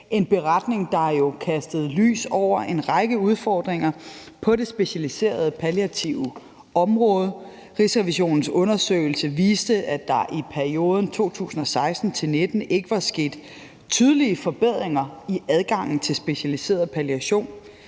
en beretning, der jo kastede lys over en række udfordringer på det specialiserede palliative område. Rigsrevisionens undersøgelse viste, at der i perioden 2016-2019 ikke var sket tydelige forbedringer i adgangen til specialiseret palliation.